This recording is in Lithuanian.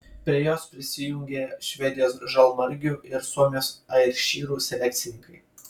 prie jos prisijungė švedijos žalmargių ir suomijos airšyrų selekcininkai